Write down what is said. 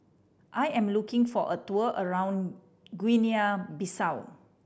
I am looking for a tour around Guinea Bissau